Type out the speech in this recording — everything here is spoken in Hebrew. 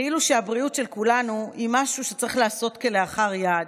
כאילו שהבריאות של כולנו היא משהו שצריך להיעשות כלאחר יד,